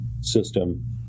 system